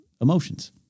emotions